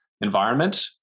environment